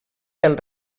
del